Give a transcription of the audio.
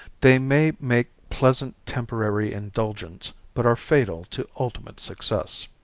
they may make pleasant temporary indulgence, but are fatal to ultimate success.